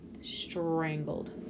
strangled